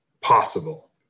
possible